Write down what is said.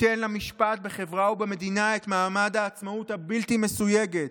תיתן למשפט בחברה ובמדינה את מעמד העצמאות הבלתי-מסויגת,